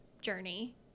journey